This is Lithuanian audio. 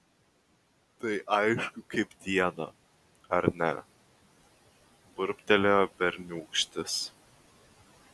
tai aišku kaip dieną ar ne burbtelėjo berniūkštis